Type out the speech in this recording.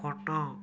ଖଟ